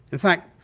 in fact,